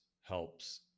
helps